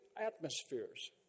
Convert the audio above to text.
atmospheres